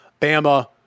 Bama